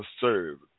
served